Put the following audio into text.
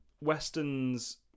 Westerns